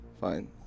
Fine